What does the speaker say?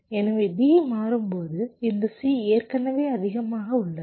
எனவே D மாறும்போது இந்த C ஏற்கனவே அதிகமாக உள்ளது